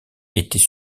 était